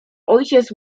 ojciec